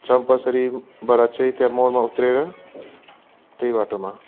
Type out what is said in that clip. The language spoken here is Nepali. चम्पासरीबाट चाहिँ त्यहाँ मोडमा उत्रिएर त्यही बाटोमा